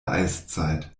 eiszeit